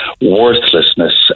worthlessness